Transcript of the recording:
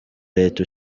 leta